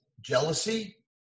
jealousy